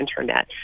Internet